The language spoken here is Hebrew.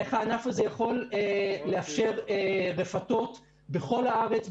איך הענף הזה יכול לאפשר רפתות בכל הארץ,